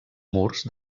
murs